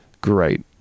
great